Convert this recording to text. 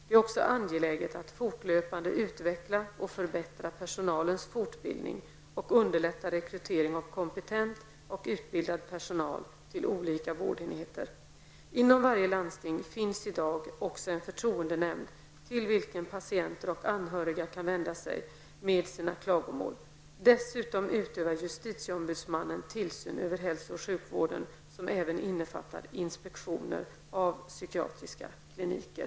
Det är också angeläget att fortlöpande utveckla och förbättra personalens fortbildning och underlätta rekrytering av kompetent och utbildad personal till olika vårdenheter. Inom varje landsting finns i dag också en förtroendenämnd till vilken patienter och anhöriga kan vända sig med sina klagomål. Dessutom utövar justitieombudsmannen tillsyn över hälso och sjukvården, som även innefattar inspektioner av psykiatriska kliniker.